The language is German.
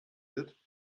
wird